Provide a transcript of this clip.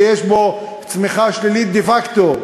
שיש בו צמיחה שלילית דה-פקטו,